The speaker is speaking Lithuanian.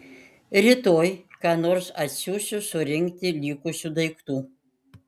rytoj ką nors atsiųsiu surinkti likusių daiktų